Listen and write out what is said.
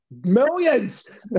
Millions